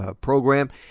program